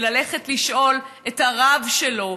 וללכת לשאול את הרב שלו,